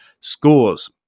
scores